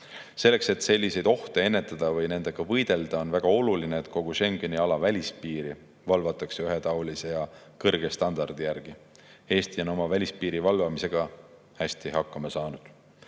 Selleks, et selliseid ohte ennetada või nendega võidelda, on väga oluline, et kogu Schengeni ala välispiiri valvatakse ühetaolise ja kõrge standardi järgi. Eesti on oma välispiiri valvamisega hästi hakkama saanud.